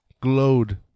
glowed